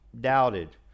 doubted